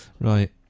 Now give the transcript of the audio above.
right